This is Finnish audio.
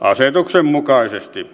asetuksen mukaisesti